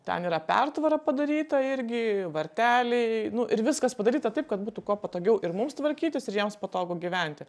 ten yra pertvara padaryta irgi varteliai nu ir viskas padaryta taip kad būtų kuo patogiau ir mums tvarkytis ir jiems patogu gyventi